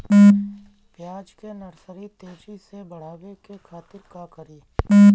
प्याज के नर्सरी तेजी से बढ़ावे के खातिर का करी?